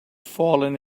fallen